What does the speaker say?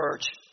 church